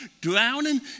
drowning